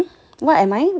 what am I